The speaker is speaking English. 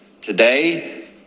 Today